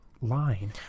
line